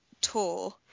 tour